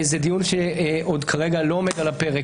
זה דיון שכרגע עוד לא עומד על הפרק,